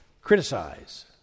criticize